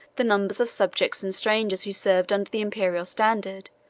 the numbers of subjects and strangers who served under the imperial standard,